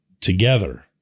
Together